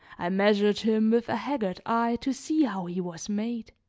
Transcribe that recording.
i measured him with a haggard eye to see how he was made.